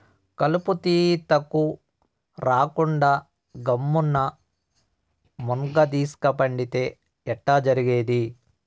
కలుపు తీతకు రాకుండా గమ్మున్న మున్గదీస్క పండితే ఎట్టా జరిగేది